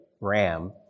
ram